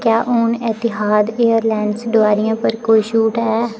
क्या हून Etihad Airlines डोआरियें पर कोई छूट ऐ